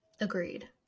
Agreed